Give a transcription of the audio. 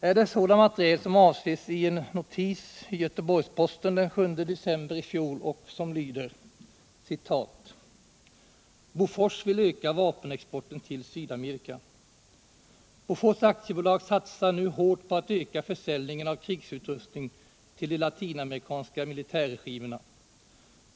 Är det sådan materiel som avses i en notis i Göteborgs-Posten den 7 december i fjol och som lyder: Bofors AB satsar nu hårt på att öka försäljningen av krigsutrustning till de latinamerikanska militärregimerna.